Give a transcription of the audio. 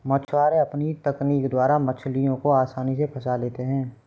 मछुआरे अपनी तकनीक द्वारा मछलियों को आसानी से फंसा लेते हैं